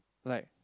like